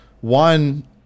one